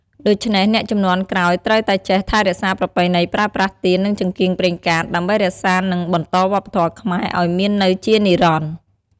ដូច្នេះ អ្នកជំនាន់ក្រោយត្រូវតែចេះថែរក្សាប្រពៃណីប្រើប្រាស់ទៀន និងចង្កៀងប្រេងកាត ដើម្បីរក្សា និងបន្តវប្បធម៌ខ្មែរឲ្យមាននៅជានិរន្តរ៍។